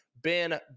Ben